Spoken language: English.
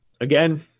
again